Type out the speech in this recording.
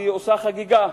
היא עושה חגיגה.